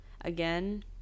again